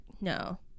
no